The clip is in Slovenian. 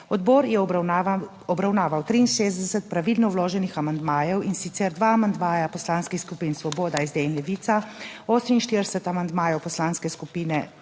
Odbor je obravnaval 63 pravilno vloženih amandmajev, in sicer dva amandmaja poslanskih skupin Svoboda, SD in Levica, 48 amandmajev Poslanske skupine